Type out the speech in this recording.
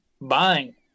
buying